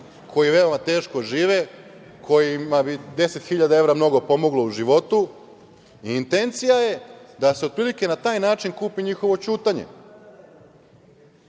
koji veoma teško žive i kojima bi 10 hiljada evra mnogo pomoglo u životu. Intencija je da se otprilike na taj način kupi njihovo ćutanje